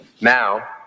Now